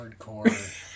hardcore